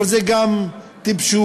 אבל זה גם טיפשות,